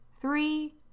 three